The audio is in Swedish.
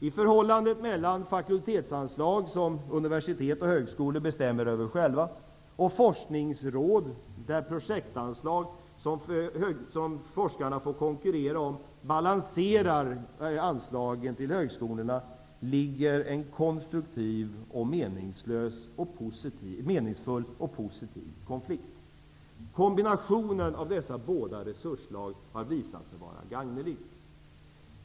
I förhållandet mellan fakultetsanslag, som universitet och högskolor bestämmer över själva, och projektanslag till forskningsråd, som forskarna får konkurrera om, ligger en konstruktiv, meningsfull och positiv konflikt. Kombinationen av dessa båda resursslag har visat sig vara gagnelig.